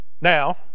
now